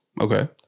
okay